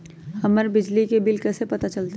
हमर बिजली के बिल कैसे पता चलतै?